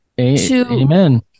Amen